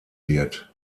wird